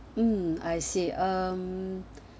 um I see um